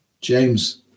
James